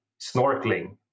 snorkeling